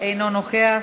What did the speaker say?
אינו נוכח,